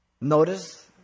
Notice